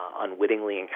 unwittingly